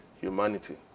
humanity